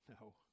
No